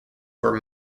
were